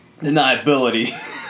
deniability